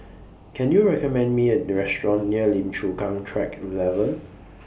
Can YOU recommend Me A Restaurant near Lim Chu Kang Track eleven